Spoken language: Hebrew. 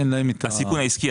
הסיכון העסקי,